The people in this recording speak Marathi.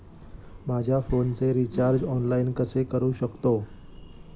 माझ्या फोनचे रिचार्ज ऑनलाइन कसे करू शकतो?